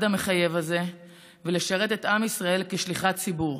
המחייב הזה ולשרת את עם ישראל כשליחת ציבור.